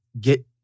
get